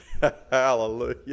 Hallelujah